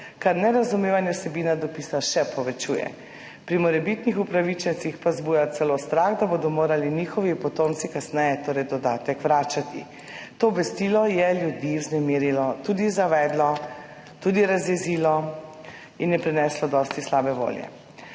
kar nerazumevanje vsebine dopisa še povečuje. Pri morebitnih upravičencih pa zbuja celo strah, da bodo morali njihovi potomci kasneje dodatek vračati. To obvestilo je ljudi vznemirilo, tudi zavedlo, tudi razjezilo in je prineslo dosti slabe volje.